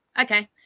Okay